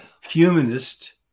humanist